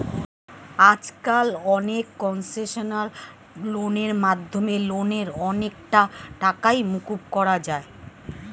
আজকাল অনেক কনসেশনাল লোনের মাধ্যমে লোনের অনেকটা টাকাই মকুব করা যায়